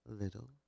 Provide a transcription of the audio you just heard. Little